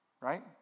right